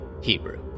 Hebrew